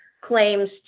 claims